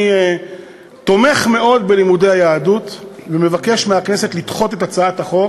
אני תומך מאוד בלימודי היהדות ומבקש מהכנסת לדחות את הצעת החוק,